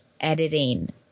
editing